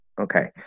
Okay